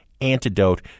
antidote